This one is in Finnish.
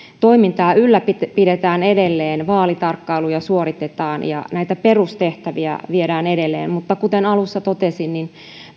toimintaa ylläpidetään edelleen vaalitarkkailuja suoritetaan ja näitä perustehtäviä viedään edelleen mutta kuten alussa totesin niin